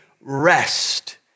rest